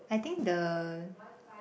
I think the